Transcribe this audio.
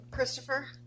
Christopher